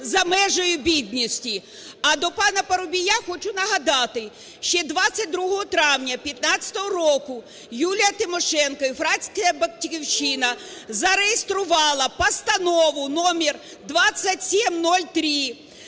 за межею бідності. А до пана Парубія хочу нагадати: ще 22 травня 2015 року Юлія Тимошенко і фракція "Батьківщина" зареєструвала Постанову № 2703